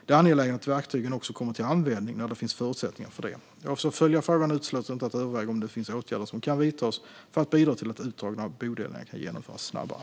Det är angeläget att verktygen också kommer till användning när det finns förutsättningar för det. Jag avser att följa frågan och utesluter inte att överväga om det finns åtgärder som kan vidtas för att bidra till att utdragna bodelningar kan genomföras snabbare.